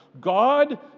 God